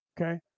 okay